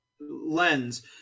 lens